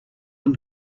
him